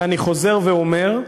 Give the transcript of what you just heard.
ואני חוזר ואומר,